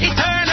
Eternal